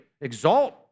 exalt